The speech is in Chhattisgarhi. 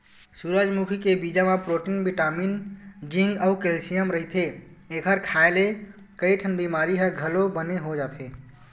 सूरजमुखी के बीजा म प्रोटीन बिटामिन जिंक अउ केल्सियम रहिथे, एखर खांए ले कइठन बिमारी ह घलो बने हो जाथे